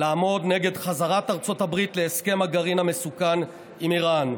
לעמוד נגד חזרת ארצות הברית להסכם הגרעין המסוכן עם איראן".